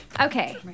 Okay